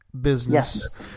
business